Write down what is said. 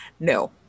No